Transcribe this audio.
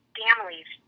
families